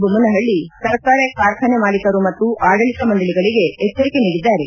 ಬೊಮ್ದನಹಳ್ಳಿ ಸಕ್ಕರೆ ಕಾರ್ಖಾನೆ ಮಾಲೀಕರು ಮತ್ತು ಆಡಳಿತ ಮಂಡಳಿಗಳಿಗೆ ಎಚ್ಚರಿಕೆ ನೀಡಿದ್ದಾರೆ